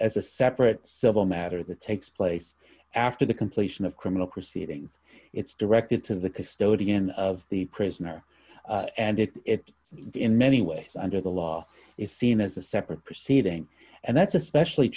as a separate civil matter the takes place after the completion of criminal proceedings it's directed to the custodian of the prisoner and it it the in many ways under the law is seen as a separate proceeding and that's especially